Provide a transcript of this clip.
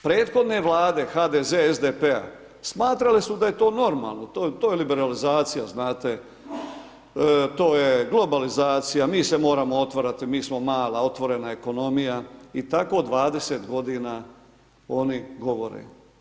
Prethodne Vlade HDZ, SDP-a smatrale su da je to normalno, to je liberalizacija, znate, to je globalizacija, mi se moramo otvarati, mi smo mala otvorena ekonomija i tako 20 godina oni govore.